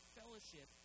fellowship